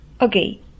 Okay